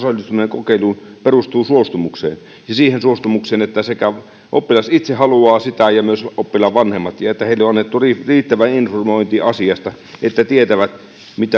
kokeiluun perustuu suostumukseen ja siihen suostumukseen että sekä oppilas itse että myös oppilaan vanhemmat haluavat sitä ja että heille on annettu riittävä informointi asiasta että tietävät